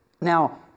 Now